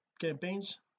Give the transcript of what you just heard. campaigns